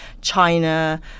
China